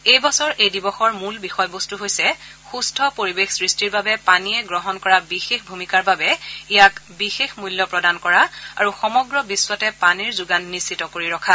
এই বছৰ এই দিৱসৰ মূল্য বিষয়বস্তু হৈছে সুস্থ পৰিৱেশ সৃষ্টিৰ বাবে পানীয়ে গ্ৰহণ কৰা বিশেষ ভূমিকাৰ বাবে ইয়াক বিশেষ মূল্য প্ৰদান কৰা আৰু সমগ্ৰ বিশ্বতে পানীৰ যোগান নিশ্চিত কৰি ৰখা